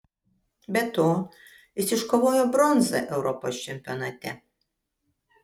be to jis iškovojo bronzą europos čempionate